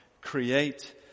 create